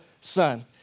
son